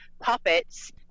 puppets